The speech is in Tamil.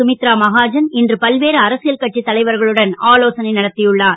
சுமித்ரா மஹாஜன் இன்று பல்வேறு அரசியல் கட்சித் தலைவர்களுடன் ஆலோசனை நடத்தியுள்ளார்